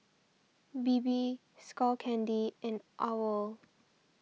Bebe Skull Candy and Owl